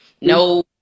no